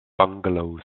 bungalows